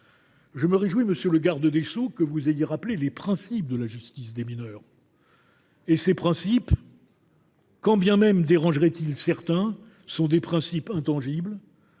Je me réjouis, monsieur le garde des sceaux, que vous ayez rappelé les principes de la justice des mineurs. Ces derniers, quand bien même ils dérangeraient certains, sont des principes intangibles :